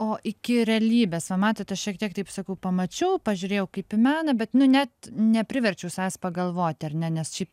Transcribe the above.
o iki realybės va matot aš šiek tiek taip sakau pamačiau pažiūrėjau kaip į meną bet nu net nepriverčiau savęs pagalvoti ar ne nes šiaip